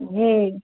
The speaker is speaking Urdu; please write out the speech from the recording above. جی